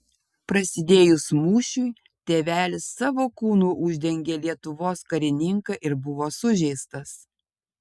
prasidėjus mūšiui tėvelis savo kūnu uždengė lietuvos karininką ir buvo sužeistas